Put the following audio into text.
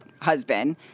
husband